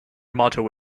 motto